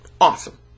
Awesome